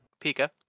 Pika